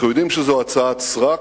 אנחנו יודעים שזאת הצעת סרק,